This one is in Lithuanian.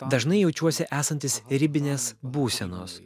dažnai jaučiuosi esantis ribinės būsenos